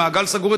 במעגל סגור,